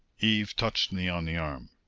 eve touched me on the arm.